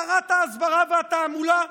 שרת ההסברה והתעמולה,